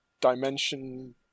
dimension